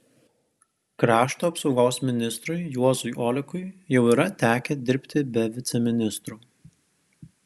krašto apsaugos ministrui juozui olekui jau yra tekę dirbti be viceministrų